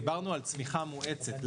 דיברנו על צמיחה מואצת,